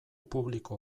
publiko